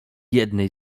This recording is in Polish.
jednej